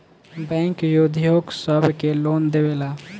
bank उद्योग सब के लोन देवेला